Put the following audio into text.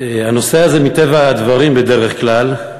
הנושא הזה, מטבע הדברים בדרך כלל,